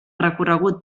recorregut